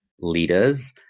leaders